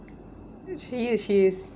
she is she is